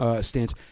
stance